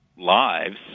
lives